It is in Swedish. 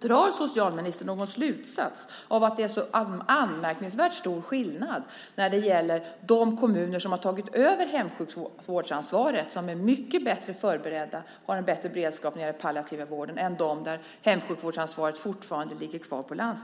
Drar socialministern någon slutsats av att det är så anmärkningsvärt stor skillnad mellan de fall där kommunen har tagit över hemsjukvårdsansvaret och de där hemsjukvårdsansvaret fortfarande ligger kvar på landstinget? Kommunerna är mycket bättre förberedda och har en bättre beredskap när det gäller den palliativa vården.